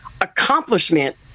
accomplishment